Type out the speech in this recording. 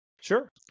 Sure